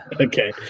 Okay